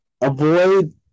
Avoid